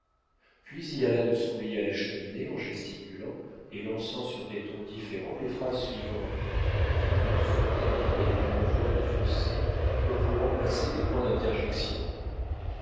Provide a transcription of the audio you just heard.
puis il alla de son lit à la cheminée en gesticulant et lançant sur des tons différents les phrases suivantes qui toutes furent terminées d'une voix de fausset comme pour remplacer des points d'interjection